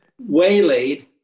waylaid